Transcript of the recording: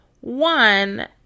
One